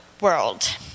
world